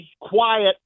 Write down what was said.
quiet